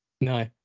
No